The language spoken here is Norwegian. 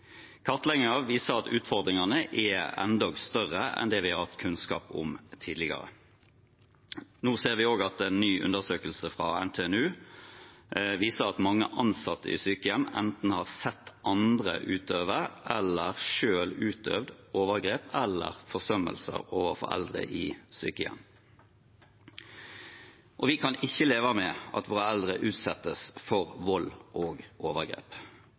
at utfordringene er enda større enn det vi har hatt kunnskap om tidligere. Nå ser vi også at en ny undersøkelse fra NTNU viser at mange ansatte i sykehjem enten har sett andre utøve, eller selv utøvd, overgrep eller forsømmelser overfor eldre i sykehjem. Vi kan ikke leve med at våre eldre utsettes for vold og overgrep.